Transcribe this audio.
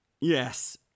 Yes